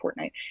Fortnite